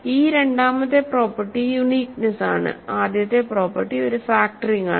ഈ രണ്ടാമത്തെ property uniqueness ആണ് ആദ്യത്തെ പ്രോപ്പർട്ടി ഒരു ഫാക്റ്ററിംഗ് ആണ്